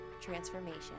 transformation